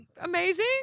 amazing